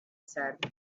said